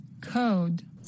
Code